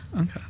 Okay